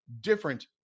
different